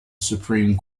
supreme